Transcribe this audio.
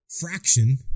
fraction